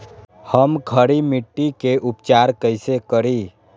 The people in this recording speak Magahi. हम खड़ी मिट्टी के उपचार कईसे करी?